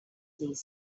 these